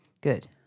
Good